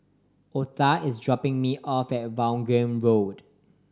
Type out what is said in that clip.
Otha is dropping me off at Vaughan Road